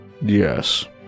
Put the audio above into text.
Yes